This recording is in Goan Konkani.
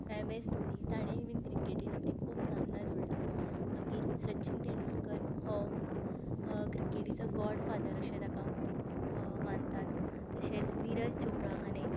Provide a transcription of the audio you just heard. एम एस धोनी ताणेंय बीन क्रिकेटीन आपलीं खूब नामनां जोडला मागीर सचीन तेंडुलकर हो क्रिकेटीचो गॉड फादर अशें ताका मानतात तशेंच निरज चोपरा हाणें